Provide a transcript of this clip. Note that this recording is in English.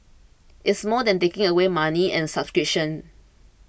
it's more than taking away money and subscriptions